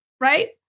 right